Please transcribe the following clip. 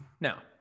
Now